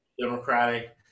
democratic